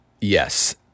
Yes